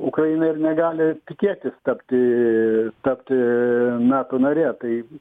ukraina ir negali tikėtis tapti tapti nato narė tai